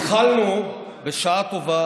התחלנו בשעה טובה